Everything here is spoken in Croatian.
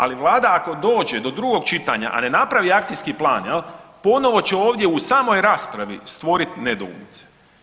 Ali vlada ako dođe do drugog čitanja, a ne napravi akcijski plan jel ponovo će ovdje u samoj raspravi stvoriti nedoumice.